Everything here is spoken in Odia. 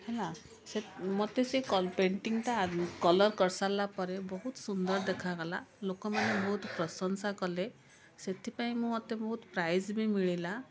ହେଲା ମତେ ସେ ପେଣ୍ଟିଙ୍ଗଟା କଲର୍ କରି ସାରିଲାପରେ ବହୁତ ସୁନ୍ଦର ଦେଖାଗଲା ଲୋକମାନେ ବହୁତ ପ୍ରଶଂସା କଲେ ସେଥିପାଇଁ ମତେ ବହୁତ ପ୍ରାଇଜ ବି ମିଳିଲା